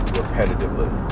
repetitively